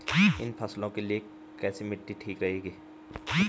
इन फसलों के लिए कैसी मिट्टी ठीक रहेगी?